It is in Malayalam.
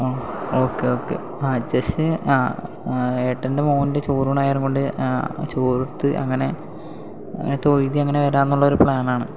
ആ ഓക്കെ ഓക്കെ ആ ജസ്റ്റ് ആ ഏട്ടൻ്റെ മകൻ്റെ ചോറൂണായതിനെക്കൊണ്ട് ചോറു കൊടുത്ത് അങ്ങനെ അങ്ങനെ തൊഴുത് അങ്ങനെ വരാം എന്നുള്ളൊരു പ്ലാൻ ആണ്